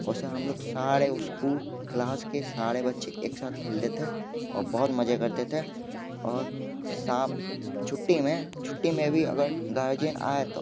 उसमें हम लोग सारे उसको क्लास के सारे बच्चे एक साथ खेलते थे और बहुत मजे करते थे और छुट्टी में छुट्टी में भी अगर गार्जियन आए तो